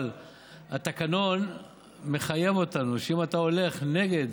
אבל התקנון מחייב אותנו שאם אתה הולך נגד